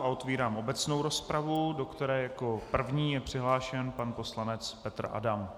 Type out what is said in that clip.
Otvírám obecnou rozpravu, do které jako první je přihlášen pan poslanec Petr Adam.